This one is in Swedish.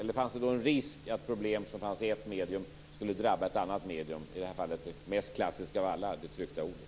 Eller fanns det någon risk för att problem i ett medium skulle drabba ett annat medium, i det här fallet det mest klassiska av alla: det tryckta ordet?